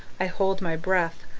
i hold my breath.